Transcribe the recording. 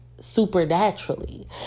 supernaturally